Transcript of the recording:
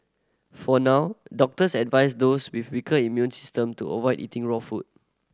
for now doctors advise those with weaker immune system to avoid eating raw food